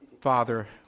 Father